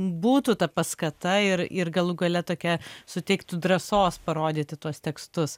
būtų ta paskata ir ir galų gale tokia suteiktų drąsos parodyti tuos tekstus